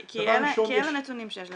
כי אלה הנתונים שיש בפנינו.